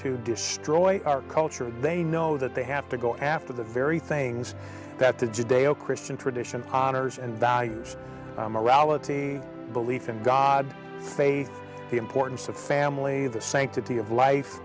to destroy our culture they know that they have to go after the very things that the judeo christian tradition otter's and values a morality belief in god faith the importance of family the sanctity of life